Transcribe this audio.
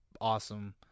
awesome